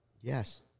Yes